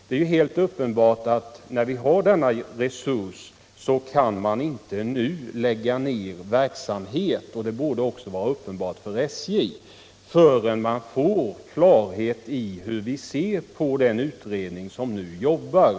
Då är det uppenbart att man inte kan lägga ned verksamhet — det borde också vara uppenbart för SJ — förrän det blir klart hur vi ser på den utredning som nu jobbar.